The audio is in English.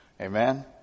amen